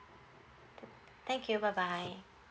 thank you bye bye